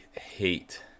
hate